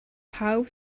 pawb